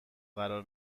قرار